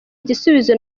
gisubizo